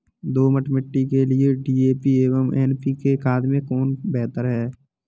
दोमट मिट्टी के लिए डी.ए.पी एवं एन.पी.के खाद में कौन बेहतर है?